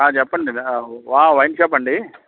ఆ చెప్పండి వా వైన్ షాప్ అండి